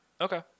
Okay